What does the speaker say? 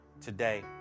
Today